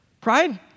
Pride